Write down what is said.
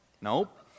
Nope